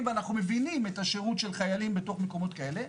ואנחנו מבינים את השירות של חיילים בתוך מקומות כאלה,